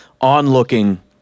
onlooking